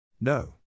No